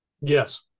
Yes